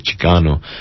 Chicano